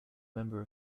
member